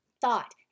thought